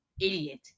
idiot